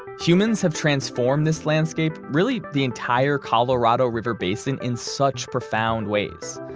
humans have transformed this landscape, really the entire colorado river basin, in such profound ways.